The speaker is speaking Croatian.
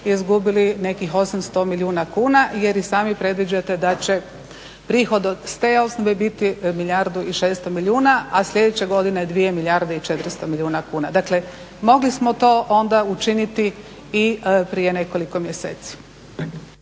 izgubili nekih 800 milijuna kuna, jer i sami predviđate da će prihod sa te osnove biti milijardu i 600 milijuna, a sljedeće godine 2 milijarde i 400 milijuna kuna. Dakle, mogli smo to onda učiniti i prije nekoliko mjeseci.